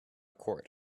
court